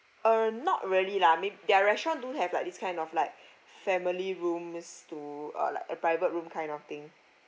err not really lah may~ their restaurant do have like this kind of like fa~ family rooms to uh like a private room kind of thing